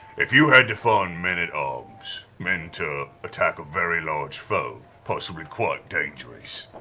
if you had to find men at arms, men to attack a very large foe, possibly quite dangerous,